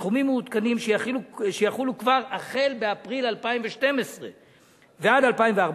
סכומים מעודכנים שיחולו כבר החל באפריל 2012 ועד 2014,